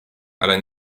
ale